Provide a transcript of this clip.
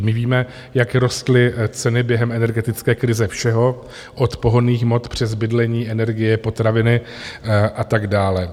My víme, jak rostly ceny během energetické krize všeho, od pohonných hmot přes bydlení, energie, potraviny a tak dále.